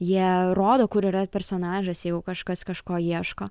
jie rodo kur yra personažas jeigu kažkas kažko ieško